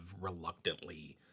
reluctantly